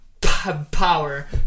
power